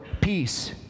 peace